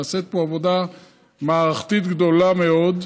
נעשית פה עבודה מערכתית גדולה מאוד.